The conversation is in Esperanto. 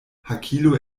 hakilo